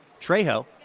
Trejo